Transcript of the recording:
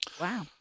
Wow